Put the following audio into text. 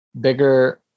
bigger